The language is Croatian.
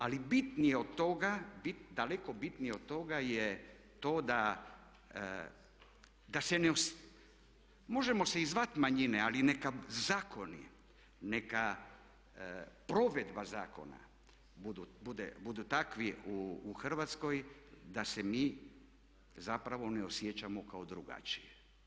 Ali bitnije od toga, daleko bitnije od toga je to da se ne, možemo se i zvati manjine ali neka zakoni, neka provedba zakona budu takvi u Hrvatskoj da se mi zapravo ne osjećamo kao drugačiji.